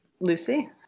Lucy